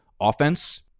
offense